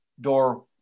door